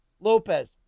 Lopez